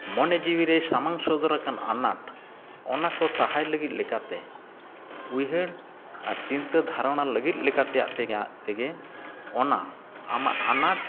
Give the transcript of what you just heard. ᱢᱚᱱᱮ ᱡᱤᱣᱤᱨᱮ ᱥᱟᱢᱟᱝ ᱥᱚᱫᱚᱨᱟᱠᱟᱱ ᱟᱱᱟᱴ ᱚᱱᱟ ᱠᱚ ᱥᱟᱦᱟᱭ ᱞᱟᱹᱜᱤᱫ ᱞᱮᱠᱟᱛᱮ ᱩᱭᱦᱟᱹᱨ ᱟᱨ ᱪᱤᱱᱛᱟᱹ ᱫᱷᱟᱨᱚᱱᱟ ᱞᱟᱹᱜᱤᱫ ᱞᱮᱠᱟ ᱛᱮᱭᱟᱜ ᱛᱮᱜᱮ ᱚᱱᱟ ᱟᱢᱟᱜ ᱟᱱᱟᱴ